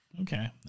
Okay